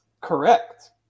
Correct